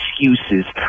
excuses